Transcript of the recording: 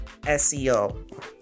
SEO